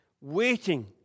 waiting